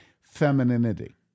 femininity